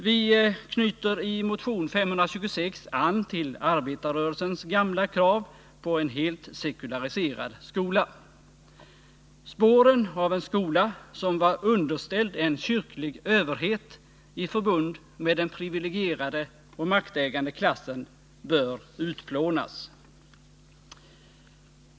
Vi knyter i motion 526 an till arbetarrörelsens gamla krav på en helt sekulariserad skola. Spåren av en skola som var underställd en kyrklig överhet i förbund med den privilegierade och maktägande klassen bör utplånas.